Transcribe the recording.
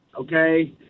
okay